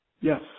Yes